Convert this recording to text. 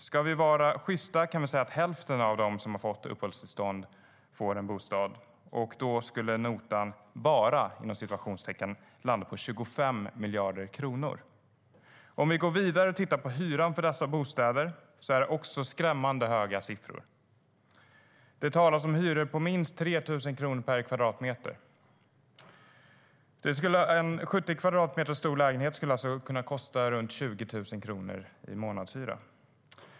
Ska vi vara sjysta kan vi säga att hälften av dem som har fått uppehållstillstånd får en bostad; då skulle notan "bara" landa på 25 miljarder kronor. Om vi går vidare och tittar på hyran för dessa bostäder ser vi också skrämmande höga siffror. Det talas om hyror på minst 300 kronor per kvadratmeter, så en 70 kvadratmeter stor lägenhet skulle kunna kosta runt 20 000 kronor i månadshyra.